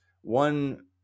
one